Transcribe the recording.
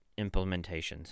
implementations